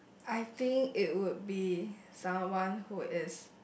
I think it would be someone who is